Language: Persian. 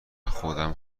خودم